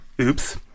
Oops